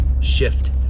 shift